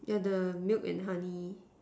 yeah the milk and honey